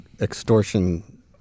Extortion